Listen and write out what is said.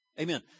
Amen